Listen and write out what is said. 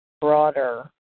broader